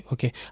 Okay